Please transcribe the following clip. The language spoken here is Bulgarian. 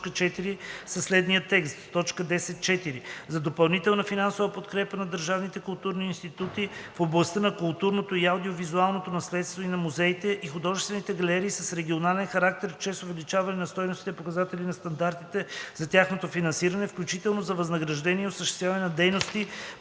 За допълнителна финансова подкрепа на държавните културни институти в областта на културното и аудио-визуалното наследство и на музеите и художествените галерии с регионален характер чрез увеличаване на стойностните показатели на стандартите за тяхното финансиране, включително за възнаграждения и осъществяване на дейности